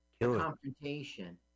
confrontation